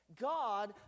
God